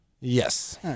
Yes